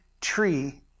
tree